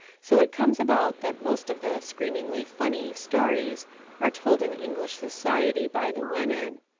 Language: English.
so it comes about that most of the screamingly funny stories are told in english society by the women.